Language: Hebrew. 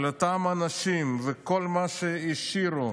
על אותם אנשים וכל מה שהשאירו,